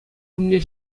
умне